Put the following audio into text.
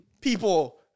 people